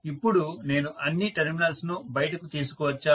ఇప్పుడు నేను అన్ని టెర్మినల్స్ ను బయటకు తీసుకువచ్చాను